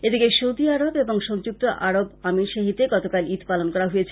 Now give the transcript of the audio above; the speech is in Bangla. এদিকে সৌদি আবর এবং সংযুক্ত আরব আমীর শাহিতে গতকাল ঈদ পালন করা হয়েছে